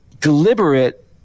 deliberate